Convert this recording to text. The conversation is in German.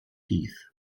heath